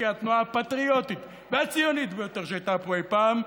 כתנועה הפטריוטית והציונית ביותר שהייתה פה אי-פעם,